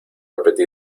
repetí